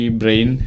brain